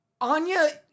Anya